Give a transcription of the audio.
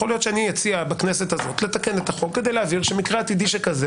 אולי אציע בכנסת הזו לתקן את החוק כדי להבהיר שמקרה עתידי שכזה